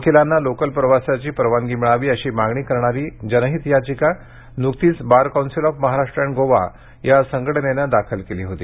वकिलांना लोकल प्रवासाची परवानगी मिळावी अशी मागणी करणारी जनहित याचिका नुकतीच bar council of Maharashtra and Goa या संघटनेनं दाखल केली होती